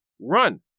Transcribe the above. Run